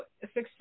success